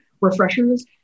refreshers